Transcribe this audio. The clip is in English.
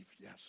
yes